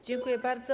Dziękuję bardzo.